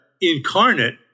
incarnate